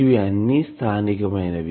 ఇవి అన్ని స్థానికమైనవి